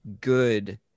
good